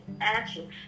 action